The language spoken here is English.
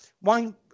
one